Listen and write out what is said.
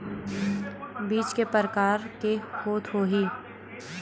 बीज के प्रकार के होत होही?